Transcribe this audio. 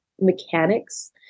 mechanics